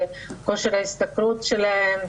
בכושר ההשתכרות שלהם,